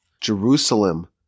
Jerusalem